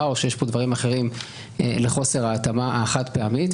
או שיש פה דברים אחרים לחוסר ההתאמה החד-פעמית.